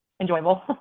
enjoyable